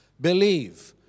Believe